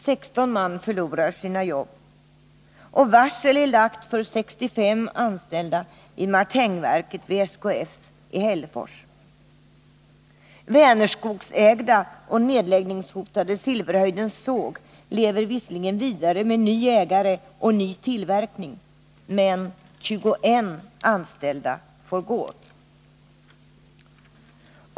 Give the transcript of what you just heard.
16 man förlorar sina jobb. Varsel är lagt för 65 anställda vid Martinverket hos SKF i Hällefors. Vänerskogsägda och nedläggningshotade Silverhöjdens Såg lever visserligen vidare med ny ägare och ny tillverkning, men 21 anställda får gå.